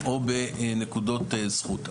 או בנקודות זכות,